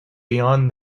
beyond